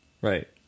right